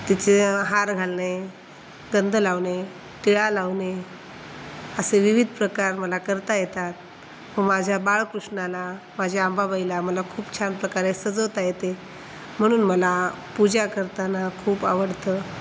तिचे हार घालणे गंध लावणे टिळा लावणे असे विविध प्रकार मला करता येतात व माझ्या बाळकृष्णाला माझ्या आंबाबाईला मला खूप छान प्रकारे सजवता येते म्हणून मला पूजा करताना खूप आवडतं